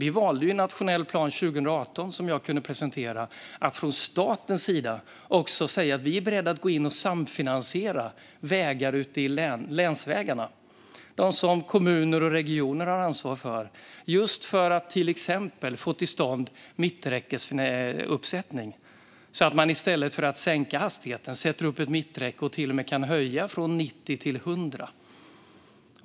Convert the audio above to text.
Vi valde i den nationella planen för 2018, som jag kunde presentera, att säga från statens sida att vi är beredda att samfinansiera länsvägar, som kommuner och regioner har ansvar för, just för att få till stånd till exempel mitträckesuppsättning. I stället för att sänka hastigheten sätter man upp ett mitträcke och kan till och med höja från 90 till 100.